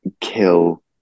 kill